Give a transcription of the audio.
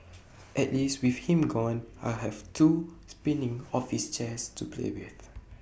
at least with him gone I'll have two spinning office chairs to play with